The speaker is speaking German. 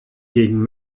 gegen